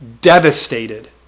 devastated